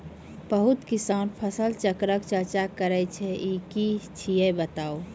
बहुत किसान फसल चक्रक चर्चा करै छै ई की छियै बताऊ?